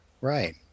Right